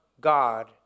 God